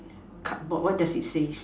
cardboard what does it says